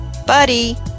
buddy